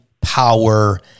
power